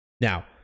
Now